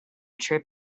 trip